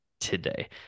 today